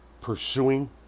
Pursuing